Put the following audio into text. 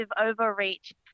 overreach